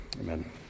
Amen